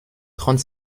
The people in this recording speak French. trente